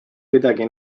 kedagi